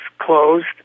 closed